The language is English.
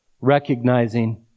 Recognizing